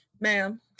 ma'am